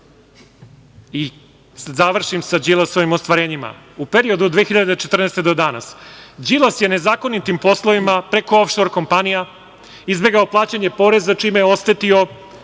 završim sa Đilasovim ostvarenjima. U periodu od 2014. godine do danas, Đilas je nezakonitim poslovima preko ofšor kompanija izbegao plaćanje poreza čime je oštetio